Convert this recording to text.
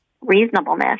reasonableness